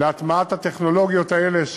להטמעת הטכנולוגיות האלה,